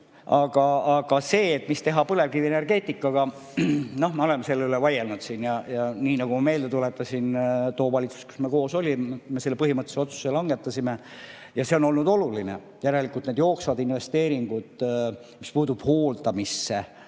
see, mida teha põlevkivienergeetikaga – noh, me oleme siin selle üle vaielnud. Nii nagu ma meelde tuletasin, tolles valitsuses, kus me koos olime, me selle põhimõttelise otsuse langetasime. Ja see on olnud oluline. Järelikult need jooksvad investeeringud, mis puutub hooldamisse,